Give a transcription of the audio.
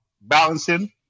balancing